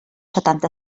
setanta